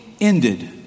ended